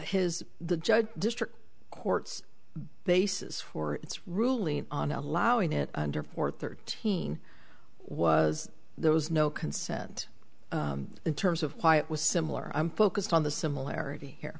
his the judge district courts bases for its ruling on allowing it under for thirteen was there was no consent in terms of why it was similar i'm focused on the similarity here